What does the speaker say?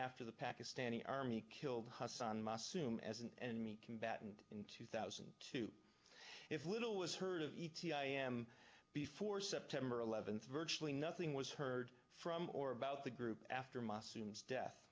after the pakistani army killed once on my sume as an enemy combatant in two thousand and two if little was heard of e t a i am before september eleventh virtually nothing was heard from or about the group after my students death